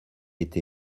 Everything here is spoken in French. été